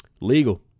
Legal